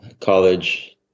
college